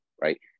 right